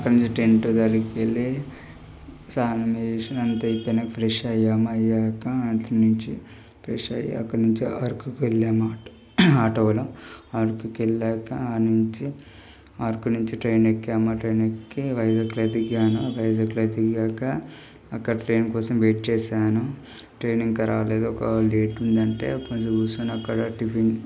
అక్కడ నుంచి కొంచెం టెంట్ స్నానం చేసి అంతా అయిపోయాక ఫ్రెష్ అయ్యాము అయ్యాక అటు నుంచి ఫ్రెష్ అయ్యాక అక్కడి నుంచి అరకుకు వెళ్ళాము ఆటోలో అరకుకి వెళ్ళాక ఆడ నుంచి అరకు నుంచి ట్రైన్ ఎక్కాము ఆ ట్రైన్ ఎక్కి వైజాగ్లో దిగాను వైజాగ్లో దిగాక అక్కడ ట్రైన్ కోసం వెయిట్ చేసాను ట్రైన్ ఇంకా రాలేదు ఒక లేట్ ఉందంటే కొంచెం కూర్చొని అక్కడా టిఫిన్